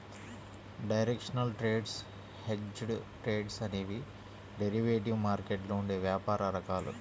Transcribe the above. directional trades, hedged trades అనేవి డెరివేటివ్ మార్కెట్లో ఉండే వ్యాపార రకాలు